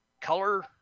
color